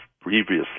previously